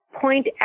point